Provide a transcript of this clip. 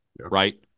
right